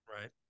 Right